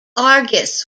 argus